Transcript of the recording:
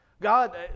God